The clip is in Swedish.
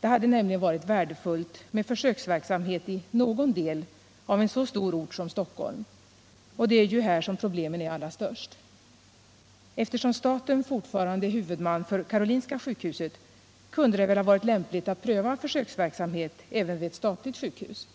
Det hade nämligen varit värdefullt med försöksverksamhet i någon del av en så stor ort som Stockholm, och det är ju här som problemen är allra störst. Eftersom staten fortfarande är huvudman för Karolinska sjukhuset kunde det väl ha varit lämpligt att pröva försöksverksamhet även vid ett statligt sjukhus.